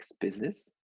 business